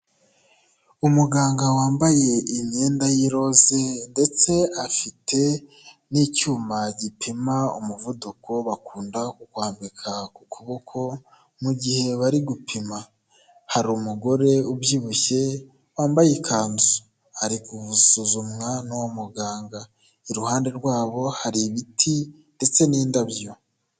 Umuganga wambaye imyenda y'iroze ndetse afite n'icyuma gipima umuvuduko bakunda kukwambika ku kuboko mu gihe bari gupima, hari umugore ubyibushye wambaye ikanzu ari gusuzumwa n'uwo muganga, iruhande rwabo hari ibiti ndetse n'indabyo.